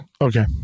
Okay